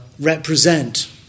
represent